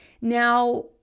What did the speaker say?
Now